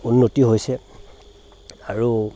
উন্নতি হৈছে আৰু